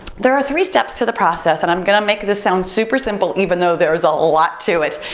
there are three steps to the process and i'm gonna make this sound super simple even though there's a lot to it.